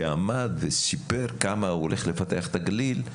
שעמד וסיפר כמה הוא הולך לפתח את הגליל,